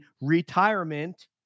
retirement